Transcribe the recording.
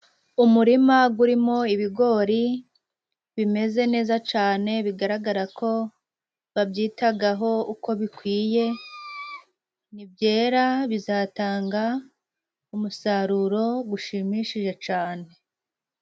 Umurima gurimo ibigori bimeze neza cane, bigaragara ko babyitagaho uko bikwiye, ni byera bizatanga umusaruro gushimishije cane.